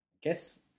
guess